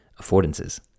affordances